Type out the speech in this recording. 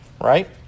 right